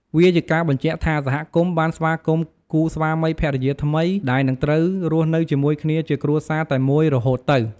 វាជាការបញ្ជាក់ថាសហគមន៍បានស្វាគមន៍គូស្វាមីភរិយាថ្មីដែលនឹងត្រូវរស់នៅជាមួយគ្នាជាគ្រួសារតែមួយរហូតទៅ។